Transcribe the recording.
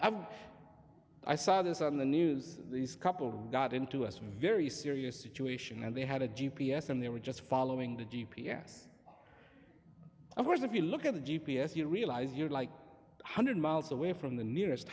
and i saw this on the news these couple got into us very serious situation and they had a g p s and they were just following the g p s of course if you look at the g p s you realize you're like hundred miles away from the nearest